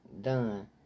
Done